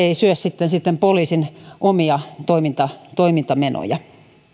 ei syö poliisin omia toimintamenoja